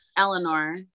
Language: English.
Eleanor